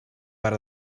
per